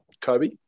Kobe